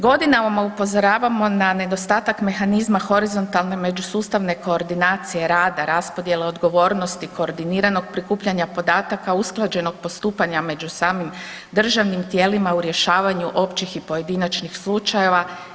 Godinama upozoravamo na nedostatak mehanizma horizontalne međusustavne koordinacije rada, raspodjele odgovornosti koordiniranog prikupljanja podataka usklađenog postupanja među samim državnim tijelima u rješavanju općih i pojedinačnih slučajeva.